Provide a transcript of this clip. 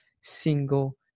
single